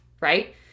right